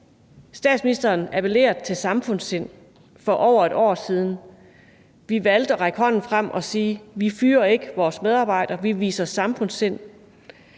Statsministeren appellerede til samfundssind for over et år siden, og vi valgte at række hånden frem og sige, at vi ikke ville fyre vores medarbejdere, men vise samfundssind.